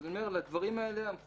אז אני אומר שעל הדברים האלה המחוקק